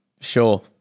sure